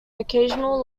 occasional